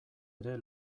ere